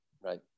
right